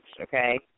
okay